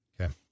Okay